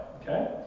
Okay